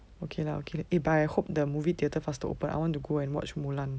okay lah okay eh but I hope the movie theatre faster open I want to go and watch mulan